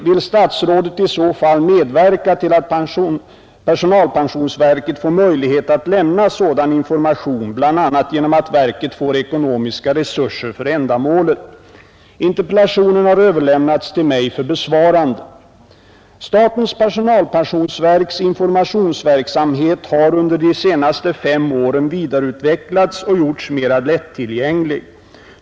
Vill statsrådet i så fall medverka till att personalpensionsverket får möjlighet att lämna sådan information bl.a. genom att verket får ekonomiska resurser för ändamålet? Interpellationen har överlämnats till mig för besvarande. Statens personalpensionsverks informationsverksamhet har under de senaste fem åren vidareutvecklats och gjorts mer lättillgänglig.